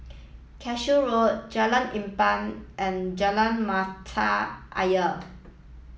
Cashew Road Jalan Empat and Jalan Mata Ayer